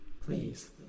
Please